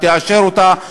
תאשר אותה,